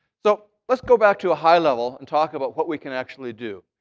so let's go back to a high level and talk about what we can actually do.